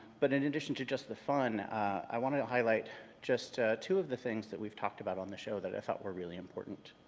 but in addition to just the fun i wanted to highlight just two of the things that we've talked about um the show that i thought were really important.